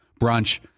brunch